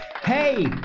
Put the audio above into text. hey